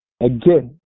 Again